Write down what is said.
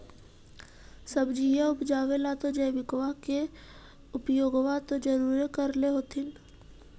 सब्जिया उपजाबे ला तो जैबिकबा के उपयोग्बा तो जरुरे कर होथिं?